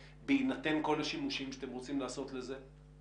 בהינתן כל השימושים שאתם רוצים לעשות לזה?